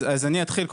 אז אני אתחיל.